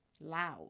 loud